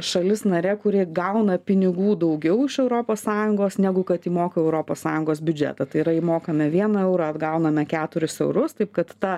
šalis narė kuri gauna pinigų daugiau iš europos sąjungos negu kad įmoka į europos sąjungos biudžetą tai yra įmokame vieną eurą atgauname keturis eurus taip kad ta